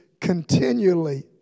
continually